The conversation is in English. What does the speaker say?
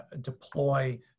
deploy